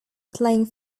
playing